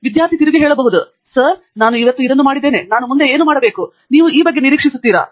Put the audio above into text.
ವಿದ್ಯಾರ್ಥಿ ತಿರುಗಿ ಹೇಳುವುದು ಸರ್ ನಾನು ಇಂದು ಇದನ್ನು ಮಾಡಿದ್ದೇನೆ ಮತ್ತು ನಾನು ಮುಂದೆ ಏನು ಮಾಡಬೇಕು ಎಂದು ನೀವು ನಿರೀಕ್ಷಿಸುತ್ತೀರಾ